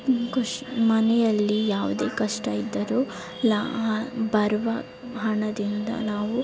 ಖುಷಿ ಮನೆಯಲ್ಲಿ ಯಾವುದೇ ಕಷ್ಟ ಇದ್ದರೂ ಲಾ ಬರುವ ಹಣದಿಂದ ನಾವು